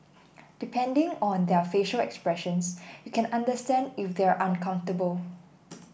depending on their facial expressions you can understand if they are uncomfortable